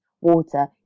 water